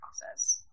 process